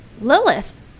Lilith